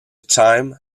time